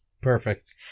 Perfect